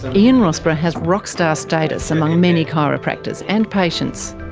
ah ian rossborough has rockstar status among many chiropractors and patients.